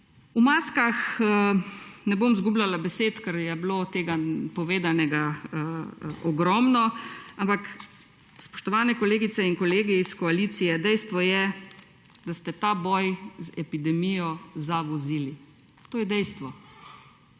O maskah ne bom zgubljala besed, ker je bilo o tem povedanega ogromno. Ampak, spoštovane kolegice in kolegi iz koalicije, dejstvo je, da ste ta boj z epidemijo zavozili. To je dejstvo.